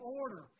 order